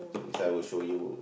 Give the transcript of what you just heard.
so next time I will show you